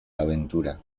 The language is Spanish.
aventura